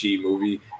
movie